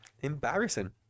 embarrassing